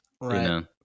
Right